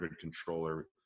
controller